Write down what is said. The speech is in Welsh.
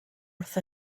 wrth